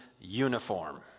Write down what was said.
uniform